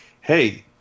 hey